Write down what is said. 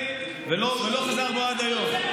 מילה אחת.